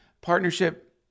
partnership